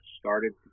started